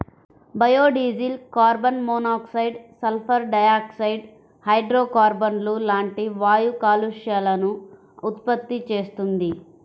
biodiesel carbon monoxide, sulphur dioxide, హైడ్రోకార్బన్లు లాంటి వాయు కాలుష్యాలను ఉత్పత్తి చేస్తుంది